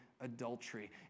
Adultery